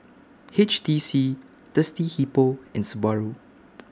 H T C Thirsty Hippo and Subaru